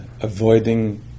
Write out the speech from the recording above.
avoiding